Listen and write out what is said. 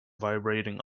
vibrating